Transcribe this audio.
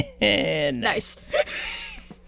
Nice